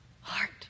heart